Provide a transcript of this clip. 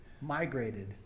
migrated